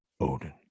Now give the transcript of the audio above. Odin